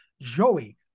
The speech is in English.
Joey